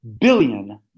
billion